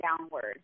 downward